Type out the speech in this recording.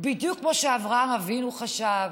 בדיוק כמו שאברהם אבינו חשב,